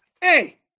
hey